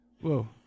whoa